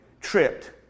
tripped